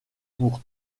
pour